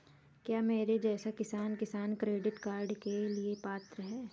क्या मेरे जैसा किसान किसान क्रेडिट कार्ड के लिए पात्र है?